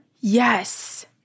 yes